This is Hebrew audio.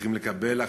צריכים לקבל החלטה: